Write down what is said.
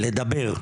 לדבר.